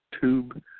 tube